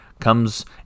comes